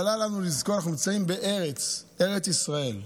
אבל עלינו לזכור: אנחנו נמצאים בארץ, ארץ ישראל,